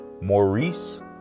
Maurice